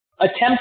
Attempt